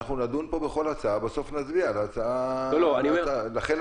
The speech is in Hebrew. נדון פה בכל הצעה ובסוף נצביע על הצעה, החלטה.